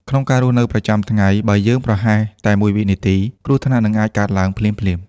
ក្នុងការរស់នៅប្រចាំថ្ងៃ បើយើងប្រហែសតែមួយវិនាទី គ្រោះថ្នាក់អាចនឹងកើតឡើងភ្លាមៗ។